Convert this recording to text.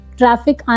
traffic